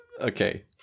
okay